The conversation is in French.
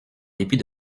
dépit